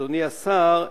אדוני השר,